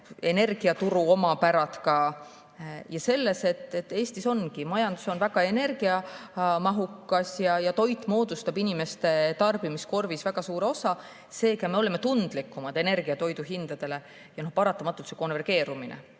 energiaturu omapära ja see, et Eestis ongi majandus väga energiamahukas ja toit moodustab inimeste tarbimiskorvis väga suure osa. Seega me oleme tundlikumad energia ja toidu hindade suhtes. Ja paratamatult [toimub] konvergeerumine,